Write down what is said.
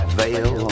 veil